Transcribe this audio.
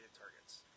targets